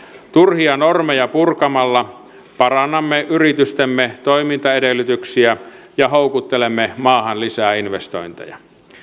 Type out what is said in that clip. turhia normeja purkamalla parannamme yritystemme toimintaedellytyksiä ja houkuttelemme maahan lisää investointeja